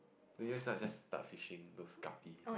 do you like just start fishing those guppy